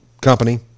company